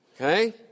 Okay